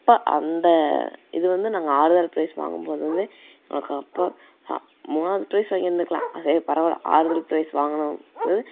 அப்போ அந்த இது வந்து நாங்கள் ஆறுதல் ப்ரைஸ் வாங்கும்போது வந்து எனக்கு அப்போ மூணாவது ப்ரைஸ் வாங்கியிருந்துருக்குலாம் சரி பரவாயில்ல ஆறுதல் ப்ரைஸ் வாங்கினங்கறது